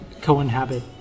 co-inhabit